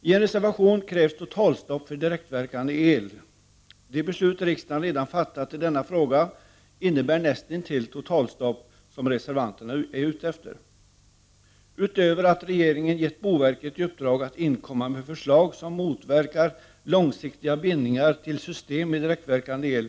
I en reservation krävs totalstopp för direktverkande el. De beslut riksdagen redan har fattat i denna fråga innebär näst intill det totalstopp som reservanterna är ute efter. Regeringen har gett boverket i uppdrag att inkomma med förslag som är sådana att man motverkar långsiktiga bindningar till system med direktverkande el.